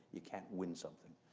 you can't win something,